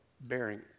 bearing